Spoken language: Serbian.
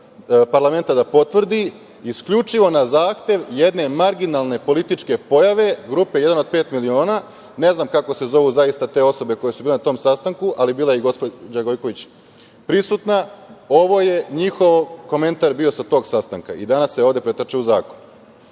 parlamenta da potvrdi, isključivo na zahtev jedne marginalne političke pojave, grupe „Jedan od pet miliona“, ne znam kako se zaista zovu te osobe koje su bile na tom sastanku, ali bila je i gospođa Gojković prisutna, ovo je njihov komentar bio sa tog sastanka i danas se ovde pretače u zakon. Što